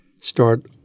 start